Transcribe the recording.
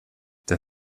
der